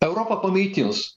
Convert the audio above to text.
europa panaikins